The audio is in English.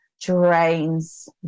drains